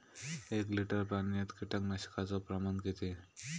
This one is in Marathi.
एक लिटर पाणयात कीटकनाशकाचो प्रमाण किती?